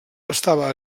estava